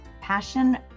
Passion